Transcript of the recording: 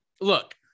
Look